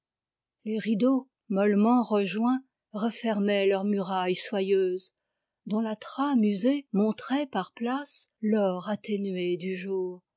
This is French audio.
les rideaux mollement rejoints refermaient leur muraille soyeuse dont la trame usée montrait par places l'or atténué du jour